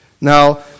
Now